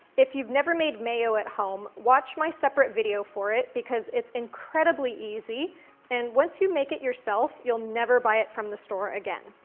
if you've never made mayo at home, watch my separate video for it because it's incredibly easy and once you make it yourself, you'll never buy it from the store again.